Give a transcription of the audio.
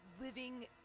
living